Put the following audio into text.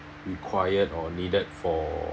required or needed for